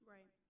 Right